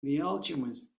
alchemist